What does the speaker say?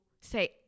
say